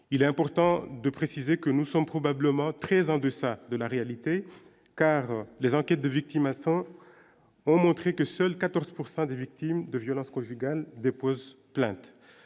il est important de préciser que nous sommes probablement très en deçà de la réalité car les enquêtes de victimation, ont montré que seuls 14 pourcent des victimes de violences conjugales déposent plainte,